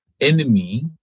enemy